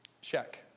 Check